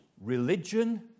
Religion